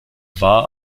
war